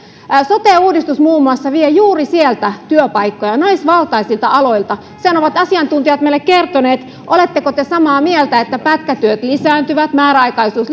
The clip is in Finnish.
sote uudistus muun muassa vie juuri sieltä työpaikkoja naisvaltaisilta aloilta sen ovat asiantuntijat meille kertoneet oletteko te samaa mieltä että pätkätyöt lisääntyvät määräaikaisuus